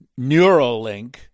Neuralink